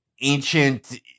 ancient